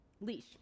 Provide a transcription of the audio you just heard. leash